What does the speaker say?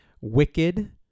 wicked